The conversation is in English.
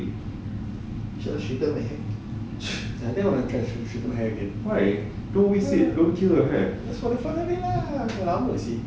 should I straighten my hair I think I want to try trim trim my hair again just for the fun of it lah lama seh